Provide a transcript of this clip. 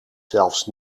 zelfs